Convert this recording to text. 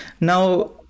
now